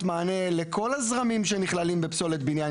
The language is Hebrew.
מענה לכל הזרמים שנכללים בפסולת בניין.